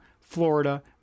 Florida